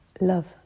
love